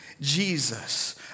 Jesus